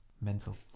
Mental